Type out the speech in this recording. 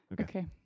Okay